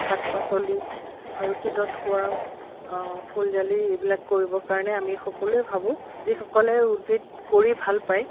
শাক পাচলি আৰু শীতত হোৱা ফুল জালি এইবিলাক কৰিবৰ কাৰণে আমি সকলোৱে ভাবোঁ যিসকলে উদ্ভিদ কৰি ভাল পায়